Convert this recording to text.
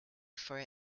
for